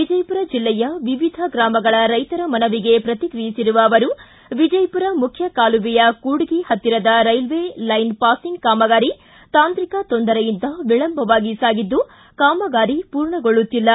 ವಿಜಯಪುರ ಜಿಲ್ಲೆಯ ವಿವಿಧ ಗ್ರಾಮಗಳ ರೈತರ ಮನವಿಗೆ ಪ್ರತಿಕ್ರಿಯಿಸಿರುವ ಅವರು ವಿಜಯಪುರ ಮುಖ್ಯ ಕಾಲುವೆಯ ಕೂಡಗಿ ಪತ್ತಿರದ ರೈಲ್ವೆಲೈನ್ ಪಾಸಿಂಗ್ ಕಾಮಗಾರಿ ತಾಂತ್ರಿಕ ತೊಂದರೆಯಿಂದ ವಿಳಂಬವಾಗಿ ಸಾಗಿದ್ದು ಕಾಮಗಾರಿ ಪೂರ್ಣಗೊಳ್ಳುತ್ತಿಲ್ಲ